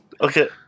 Okay